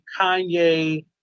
Kanye